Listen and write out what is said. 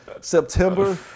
September